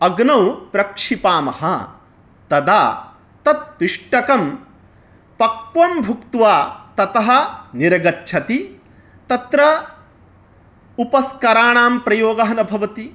अग्नौ प्रक्षिपामः तदा तत्पिष्टकं पक्वं भूत्वा ततः निर्गच्छति तत्र उपस्कराणां प्रयोगः न भवति